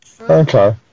Okay